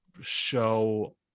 show